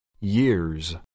Years